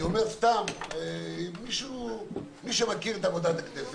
אני אומר מי שמכיר את עבודת הכנסת